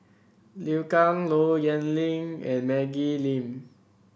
Liu Kang Low Yen Ling and Maggie Lim